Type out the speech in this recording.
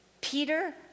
Peter